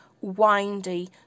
windy